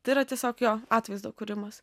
tai yra tiesiog jo atvaizdo kūrimas